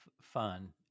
fun